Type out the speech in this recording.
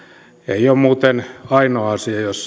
ei ole muuten ainoa